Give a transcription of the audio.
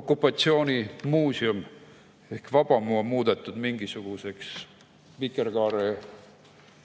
okupatsioonimuuseum ehk Vabamu on muudetud mingisuguseks vikerkaareklubiks.